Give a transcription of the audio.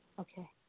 Okay